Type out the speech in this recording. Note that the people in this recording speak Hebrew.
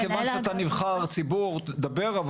כיוון שאתה נבחר ציבור תדבר,